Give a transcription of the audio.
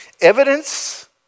Evidence